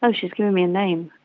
um she's given me a name.